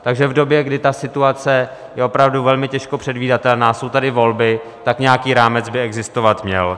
Takže v době, kdy situace je opravdu velmi těžko předvídatelná, jsou tady volby, tak nějaký rámec by existovat měl.